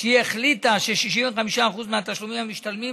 שהיא החליטה ש-65% מהתשלומים המשתלמים